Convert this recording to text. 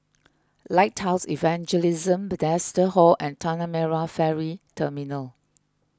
Lighthouse Evangelism Bethesda Hall and Tanah Merah Ferry Terminal